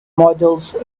models